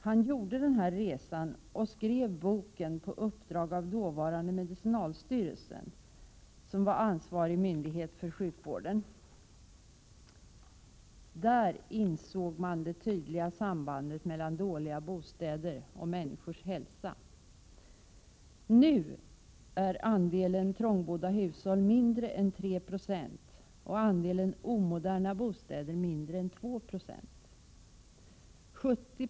Han gjorde resan och skrev boken på uppdrag av dåvarande medicinalstyrelsen, som var ansvarig myndighet för sjukvården. Där insåg man det tydliga sambandet mellan dåliga bostäder och människors hälsa. Nu är andelen trångbodda hushåll mindre än 3 96 och andelen omoderna bostäder mindre än 2 96.